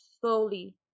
slowly